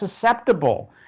susceptible